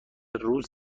روز